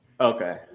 Okay